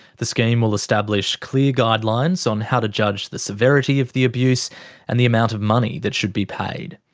the scheme will establish clear guidelines on how to judge the severity of the abuse and the amount of money that should be paid.